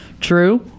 True